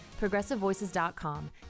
ProgressiveVoices.com